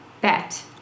Bet